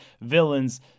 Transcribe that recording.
villains